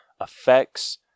effects